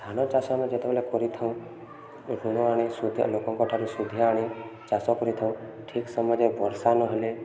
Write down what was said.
ଧାନ ଚାଷ ଆମେ ଯେତେବେଳେ କରିଥାଉ ଋଣ ଆଣି ସୁଧ ଲୋକଙ୍କଠାରୁ ସୁଧିଆ ଆଣି ଚାଷ କରିଥାଉ ଠିକ୍ ସମୟରେ ବର୍ଷା ନହେଲେ